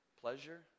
Pleasure